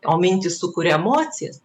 o mintys sukuria emocijas